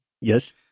Yes